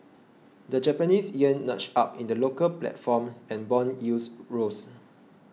the Japanese yen nudged up in the local platform and bond yields rose